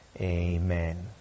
Amen